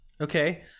Okay